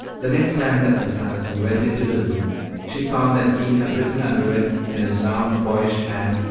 the next time that miss allison went into the room she found that keith had written under it in his round, boyish hand,